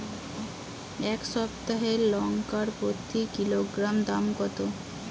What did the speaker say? এই সপ্তাহের লঙ্কার প্রতি কিলোগ্রামে দাম কত?